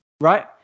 Right